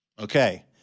Okay